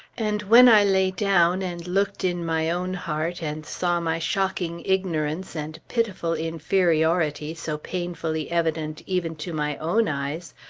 and when i lay down, and looked in my own heart and saw my shocking ignorance and pitiful inferiority so painfully evident even to my own eyes,